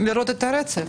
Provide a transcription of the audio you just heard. -- לראות את הרצף.